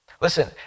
Listen